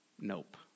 nope